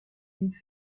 une